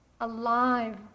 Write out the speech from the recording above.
alive